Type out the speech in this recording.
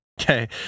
Okay